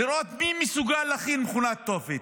לראות מי מסוגל להכין מכונית תופת,